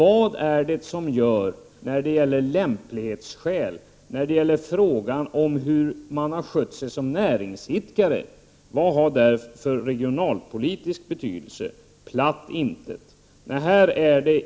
Vad har lämplighetsskäl, frågan om hur man har skött sig som näringsidkare, för regionalpolitisk betydelse? Platt intet.